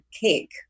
cake